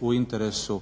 u interesu